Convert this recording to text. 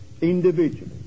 individually